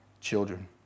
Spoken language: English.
children